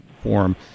form